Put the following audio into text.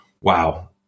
wow